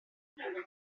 per